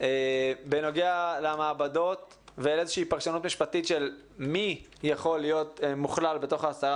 בנוגע למעבדות ולפרשנות משפטית של מי יכול להיות מוכלל בתוך אותם